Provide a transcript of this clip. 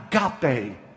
agape